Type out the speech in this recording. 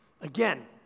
again